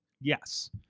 Yes